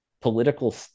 political